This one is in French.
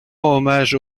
hommage